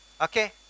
Okay